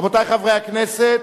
רבותי חברי הכנסת,